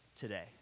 today